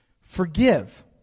forgive